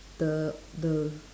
the the